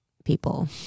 People